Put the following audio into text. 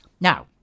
Now